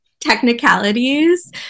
technicalities